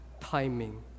timing